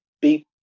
beep